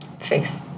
fix